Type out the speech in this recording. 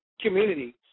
community